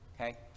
okay